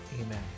amen